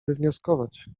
wywnioskować